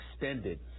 extended